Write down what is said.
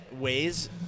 ways